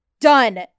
Done